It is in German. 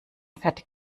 fertig